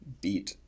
beat